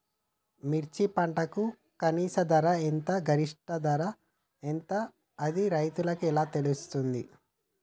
మిర్చి పంటకు కనీస ధర ఎంత గరిష్టంగా ధర ఎంత అది రైతులకు ఎలా తెలుస్తది?